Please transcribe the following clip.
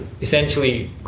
essentially